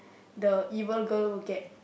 the evil girl will get